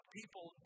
people